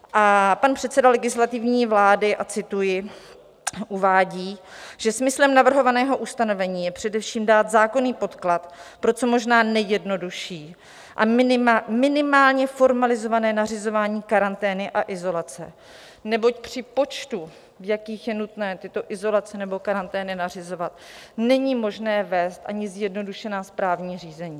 A pan předseda Legislativní vlády, a cituji, uvádí, že smyslem navrhovaného ustanovení je především dát zákonný podklad pro co možná nejjednodušší a minimálně formalizované nařizování karantény a izolace, neboť při počtu , z jakých je nutné tyto izolace nebo karantény nařizovat, není možné vést ani zjednodušená správní řízení.